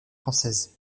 françaises